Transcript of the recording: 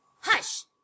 Hush